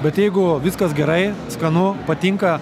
bet jeigu viskas gerai skanu patinka